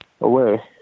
away